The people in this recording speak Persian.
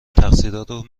تقصیرارو